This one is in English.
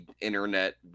internet